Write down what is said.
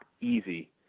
easy